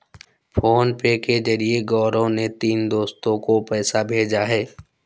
PhonePe के जरिए गौरव ने तीनों दोस्तो को पैसा भेजा है